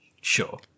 sure